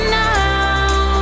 now